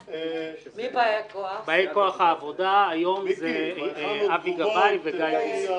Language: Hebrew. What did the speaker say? באי כוח העבודה היום זה אבי גבאי וגיא בוסי.